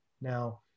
Now